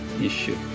issue